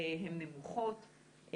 הן נמוכות.